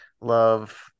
Love